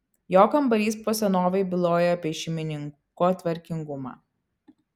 jo kambarys po senovei bylojo apie šeimininko tvarkingumą